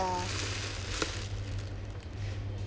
ya